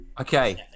Okay